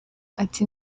ati